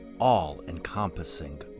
all-encompassing